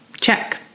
Check